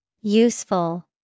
Useful